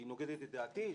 היא נוגדת את דעתי,